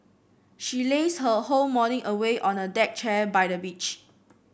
she lazed her whole morning away on a deck chair by the beach